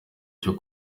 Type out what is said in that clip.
cyo